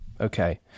Okay